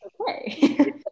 okay